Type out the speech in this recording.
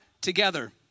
together